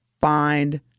find